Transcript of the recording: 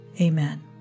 Amen